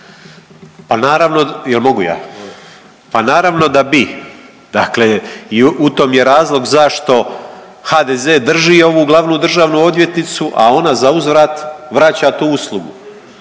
Pa naravno, jel mogu ja, pa naravno da bi. Dakle i u tom je razlog zašto HDZ drži ovu glavnu državnu odvjetnicu, a ona zauzvrat vraća tu uslugu.